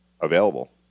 available